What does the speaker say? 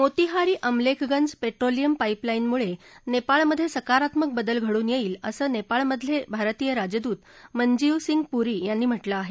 Motihari Amlekhganj petroleum पाईपलाईनमुळे नेपाळमधे सकारात्मक बदल घडुन येईल असं नेपाळमधले राजदूत मनजीव सिंग पुरी यांनी म्हटलं आहे